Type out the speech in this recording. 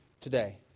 today